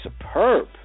superb